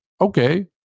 Okay